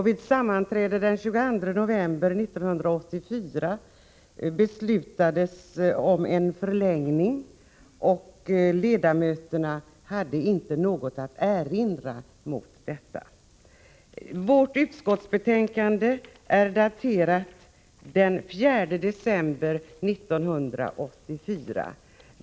Vid sammanträde den 22 november 1984 beslutades om en förlängning, och ledamöterna hade inte något att erinra mot detta. Vårt utskottsbetänkande är daterat den 4 december 1984.